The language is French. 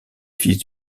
fils